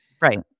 Right